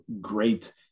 great